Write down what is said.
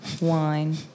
wine